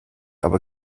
aber